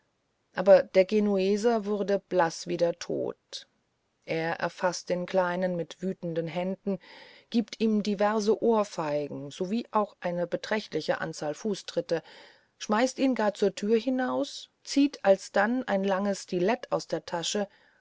aber der genueser wurde blaß wie der tod er erfaßt den kleinen mit wütenden händen gibt ihm diverse ohrfeigen sowie auch eine beträchtliche anzahl fußtritte schmeißt ihn gar zur tür hinaus zieht alsdann ein langes stilett aus der tasche